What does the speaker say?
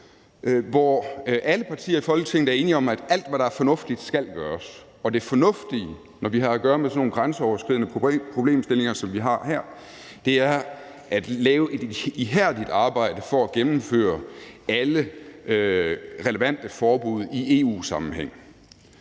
hvor alle partier i Folketinget er enige om, at alt, hvad der er fornuftigt, skal gøres, og det fornuftige, når vi har at gøre med sådan nogle grænseoverskridende problemstillinger, som vi har her, er at lave et ihærdigt arbejde for at gennemføre alle relevante forbud i EU-sammenhæng.